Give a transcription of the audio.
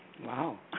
Wow